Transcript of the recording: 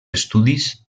estudis